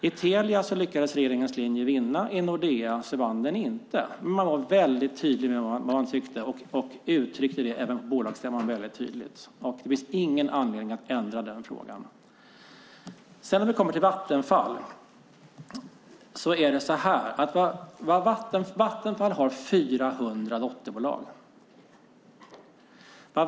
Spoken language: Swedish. I Telia vann regeringens linje, men i Nordea vann den inte. Man var dock mycket tydlig med vad man tyckte och uttryckte det även på bolagsstämman. Det finns ingen anledning att ändra sig i den frågan. Vattenfall har 400 dotterbolag.